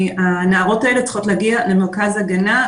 הנערות האלה צריכות להגיע למרכז הגנה,